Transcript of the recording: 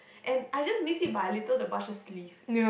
and I just missed it by a little the bus just leaves